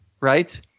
Right